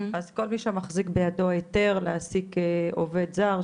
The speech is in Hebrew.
אז כל מי שמחזיק בידו היתר להעסיק עובד זר,